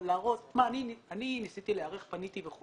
להראות שהוא ניסה להיערך, הוא פנה וכולי.